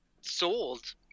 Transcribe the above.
sold